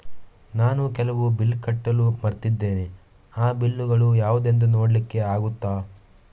ನಾನು ಕೆಲವು ಬಿಲ್ ಕಟ್ಟಲು ಮರ್ತಿದ್ದೇನೆ, ಆ ಬಿಲ್ಲುಗಳು ಯಾವುದೆಂದು ನೋಡ್ಲಿಕ್ಕೆ ಆಗುತ್ತಾ?